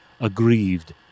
aggrieved